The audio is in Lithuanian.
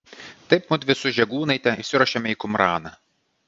taip mudvi su žegūnaite išsiruošėme į kumraną